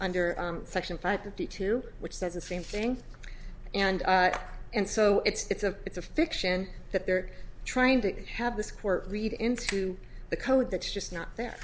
under section five fifty two which says the same thing and and so it's a it's a fiction that they're trying to have this court read into the code that's just not